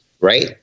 Right